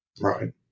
Right